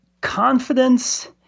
Confidence